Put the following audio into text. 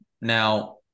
Now